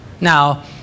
Now